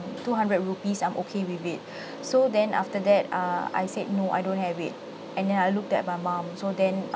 two hundred rupees I'm okay with it so then after that uh I said no I don't have it and then I looked at my mom so then